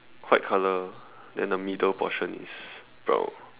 white color then the middle portion is brown